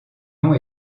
nom